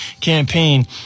campaign